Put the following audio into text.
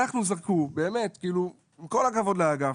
אנחנו, עם כל הכבוד לאגף,